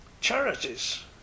charities